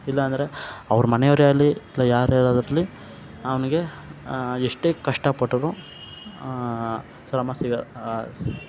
ಇಲ್ಲ ಅಂದರೆ ಅವ್ರ ಮನೆಯವ್ರೆಯಾಲಿ ಇಲ್ಲ ಯಾರ್ಯಾರೆ ಇರಲಿ ಅವ್ನಿಗೆ ಎಷ್ಟೇ ಕಷ್ಟ ಪಟ್ಟರು ಶ್ರಮ ಸಿ